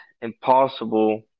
impossible